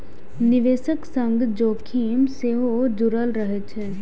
निवेशक संग जोखिम सेहो जुड़ल रहै छै